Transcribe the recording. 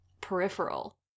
peripheral